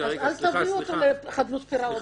אז אל תביאו אותו לחדלות פירעון,